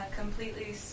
Completely